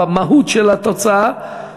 במהות של התוצאה,